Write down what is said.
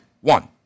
one